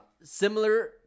Similar